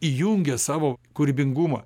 įjungia savo kūrybingumą